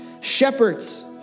Shepherds